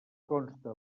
conste